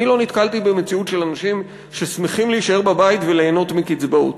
אני לא נתקלתי במציאות של אנשים ששמחים להישאר בבית וליהנות מקצבאות,